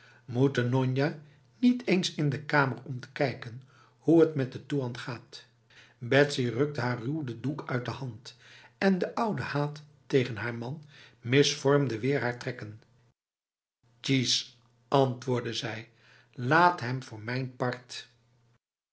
moet de nonna niet eens in de kamer om te kijken hoe het de toean gaat betsy rukte haar ruw de doek uit de hand en de oude haat tegen haar man misvormde weer haar trekken tjies antwoordde zij laat hem voor mijn partb